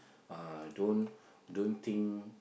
uh don't don't think